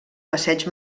passeig